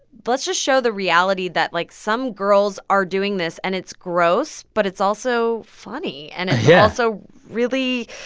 let's just show the reality that, like, some girls are doing this. and it's gross, but it's also funny. and it's also. yeah. so really